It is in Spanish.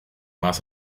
más